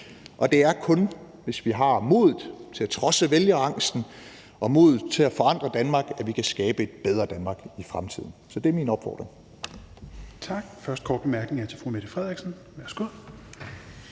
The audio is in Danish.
Det er kun, hvis vi har modet til at trodse vælgerangsten og modet til at forandre Danmark, at vi kan skabe et bedre Danmark i fremtiden. Så det er min opfordring. Kl. 17:25 Fjerde næstformand (Rasmus Helveg Petersen): Tak.